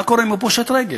מה קורה אם הוא פושט רגל,